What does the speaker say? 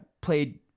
played